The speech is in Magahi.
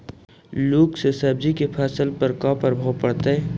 लुक से सब्जी के फसल पर का परभाव पड़तै?